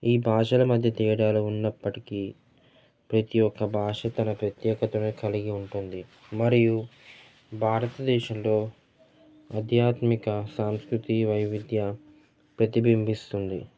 ఈ భాషల మధ్య తేడాలు ఉన్నప్పటికీ ప్రతీ ఒక్క భాష తన ప్రత్యేకతను కలిగి ఉంటుంది మరియు భారతదేశంలో అధ్యాత్మిక సాంస్కృతి వైవిధ్య ప్రతిబింబిస్తుంది